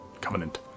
Covenant